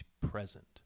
present